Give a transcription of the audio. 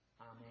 Amen